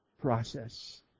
process